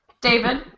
David